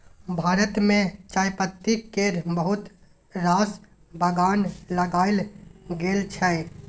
भारत मे चायपत्ती केर बहुत रास बगान लगाएल गेल छै